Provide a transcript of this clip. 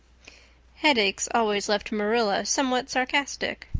headaches always left marilla somewhat sarcastic.